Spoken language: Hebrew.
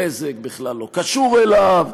בזק בכלל לא קשור אליו,